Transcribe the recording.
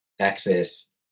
access